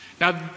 Now